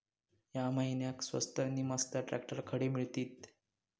या महिन्याक स्वस्त नी मस्त ट्रॅक्टर खडे मिळतीत?